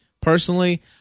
personally